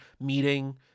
meeting